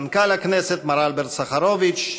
מנכ"ל הכנסת מר אלברט סחרוביץ,